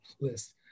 list